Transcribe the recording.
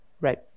Right